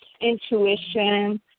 intuition